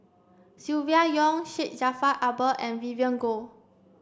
Silvia Yong Syed Jaafar Albar and Vivien Goh